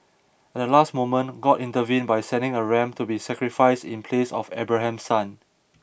at the last moment God intervened by sending a ram to be sacrificed in place of Abraham's son